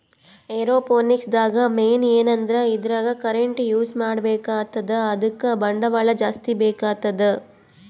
aeroponics ದಾಗ್ main ಏನಂದ್ರ ಇದ್ರಾಗ್ ಕರೆಂಟ್ ಯೂಸ್ ಮಾಡ್ಬೇಕ್ ಆತದ್ ಅದಕ್ಕ್ ಬಂಡವಾಳ್ ಜಾಸ್ತಿ ಬೇಕಾತದ್